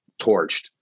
torched